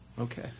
Okay